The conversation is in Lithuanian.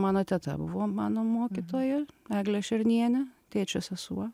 mano teta buvo mano mokytoja eglė šernienė tėčio sesuo